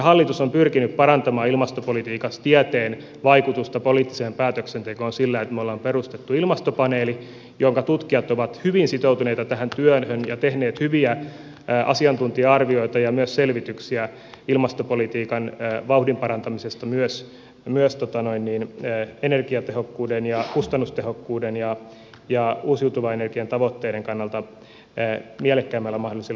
hallitus on pyrkinyt parantamaan ilmastopolitiikassa tieteen vaikutusta poliittiseen päätöksentekoon sillä että me olemme perustaneet ilmastopaneelin jonka tutkijat ovat hyvin sitoutuneita tähän työhön ja tehneet hyviä asiantuntija arvioita ja myös selvityksiä ilmastopolitiikan vauhdin parantamisesta myös energiatehokkuuden ja kustannustehokkuuden ja uusiutuvan energian tavoitteiden kannalta mielekkäimmällä mahdollisella tavalla